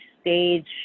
stage